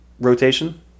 rotation